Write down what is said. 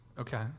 Okay